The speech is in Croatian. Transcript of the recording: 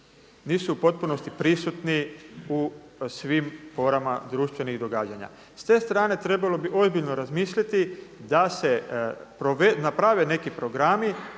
nisu u potpunosti prisutni u svim porama društvenih događanja. S te strane treba ozbiljno razmisliti da se naprave neki programi